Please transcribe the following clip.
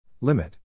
Limit